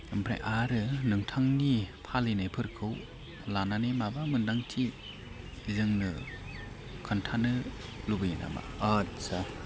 ओमफ्राय आरो नोंथांनि फालिनायफोरखौ लानानै माबा मोन्दांथि जोंनो खोन्थानो लुबैयो नामा आस्सा